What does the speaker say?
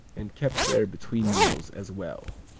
and kept there between meals as well.